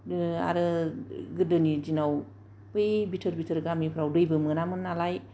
आरो गोदोनि दिनआव बै बिथोर बिथोर गामिफ्राव दैबो मोना मोननालाय